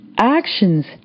actions